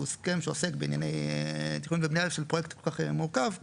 הסכם שעוסק בענייני תכנון ובנייה של פרויקט כל כך מורכב,